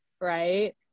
right